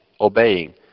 obeying